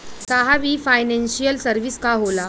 साहब इ financial service का होला?